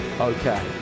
okay